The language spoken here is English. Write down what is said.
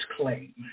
claim